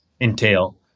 entail